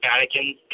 Vatican